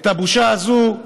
את הבושה הזאת,